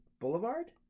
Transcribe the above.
Boulevard